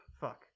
Fuck